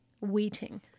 waiting